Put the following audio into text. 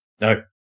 No